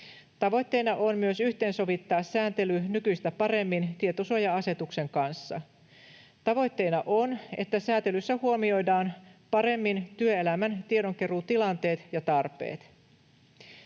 Tavoitteena on myös yhteensovittaa sääntely nykyistä paremmin tietosuoja-asetuksen kanssa. Tavoitteena on, että sääntelyssä huomioidaan paremmin työelämän tiedonkeruutilanteet ja ‑tarpeet.